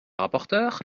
rapporteure